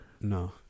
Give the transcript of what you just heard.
No